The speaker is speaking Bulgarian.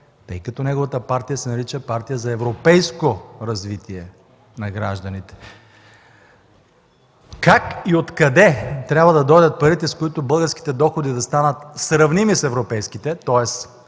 тъй като неговата партия се нарича „Партия за европейско развитие на гражданите”. Как и откъде трябва да дойдат парите, с които българските доходи да станат сравними с европейските, тоест